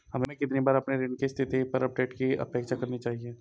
हमें कितनी बार अपने ऋण की स्थिति पर अपडेट की अपेक्षा करनी चाहिए?